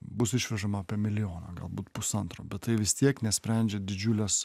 bus išvežama apie milijoną galbūt pusantro bet tai vis tiek nesprendžia didžiulės